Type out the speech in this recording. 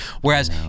Whereas